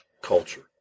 culture